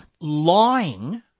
Lying